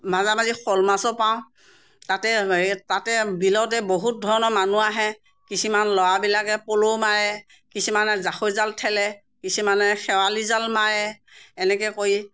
মাজে মাজে শ'ল মাছো পাওঁ তাতে এই তাতে বিলতে বহুত ধৰণৰ মানুহ আহে কিছুমান ল'ৰাবিলাক পল মাৰে কিছুমান জাকৈ জাল ঠেলে কিছুমান খেয়ালি জাল মাৰে এনেকৈ কৰি